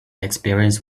experience